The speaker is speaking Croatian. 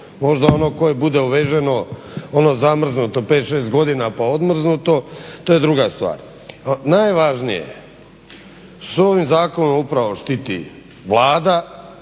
Možda ono koje bude uveženo, ono zamrznuto pet, šest godina pa odmrznuto to je druga stvar. Najvažnije je sa ovim zakonom upravo štiti Vlada,